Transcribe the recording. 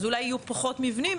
אז אולי יהיו פחות מבנים,